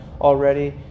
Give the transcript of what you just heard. already